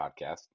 Podcast